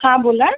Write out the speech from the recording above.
हा बोला